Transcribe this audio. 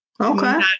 Okay